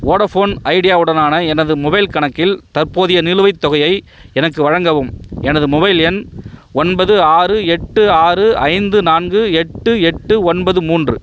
Vodafone Idea உடனான எனது mobile கணக்கில் தற்போதைய நிலுவைத் தொகையை எனக்கு வழங்கவும் எனது மொபைல் எண் ஒன்பது ஆறு எட்டு ஆறு ஐந்து நான்கு எட்டு எட்டு ஒன்பது மூன்று